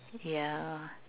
yeah